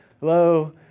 hello